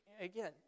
again